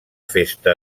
festa